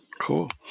Cool